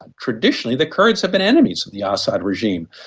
traditionally the kurds have been enemies of the ah assad regime.